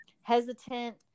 hesitant